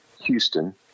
Houston